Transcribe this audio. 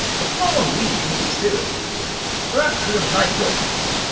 but no one really took his seriously blacks didn't like rock music,